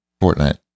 Fortnite